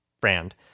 brand